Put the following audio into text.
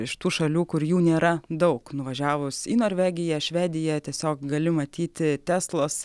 iš tų šalių kur jų nėra daug nuvažiavus į norvegiją švediją tiesiog gali matyti teslos